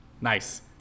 nice